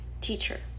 teacher